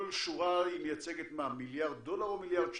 כל שורה מייצגת מה, מיליארד דולר או מיליארד שקל?